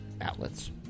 outlets